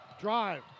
drive